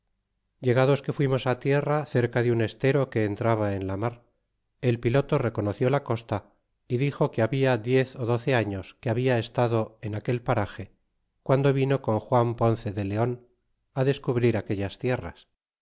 llegados que fuimos tierra cerca de un estero que entraba en la mar el piloto reconoció la costa y dixo que habla diez ó doce años que habla estado en aquel parage guando vino con juan ponce de leon descubrir aquellas tierras